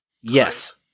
Yes